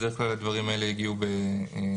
בדרך כלל הדברים האלה הגיעו בהסכמה.